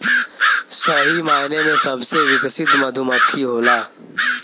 सही मायने में सबसे विकसित मधुमक्खी होला